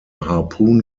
harpoon